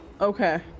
Okay